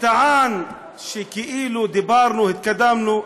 וטען שכאילו דיברנו, התקדמנו.